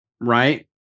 Right